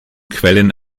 quellen